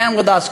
StandWithUs,